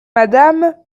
madame